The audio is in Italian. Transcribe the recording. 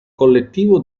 collettivo